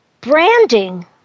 Branding